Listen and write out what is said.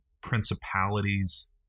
principalities